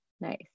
Nice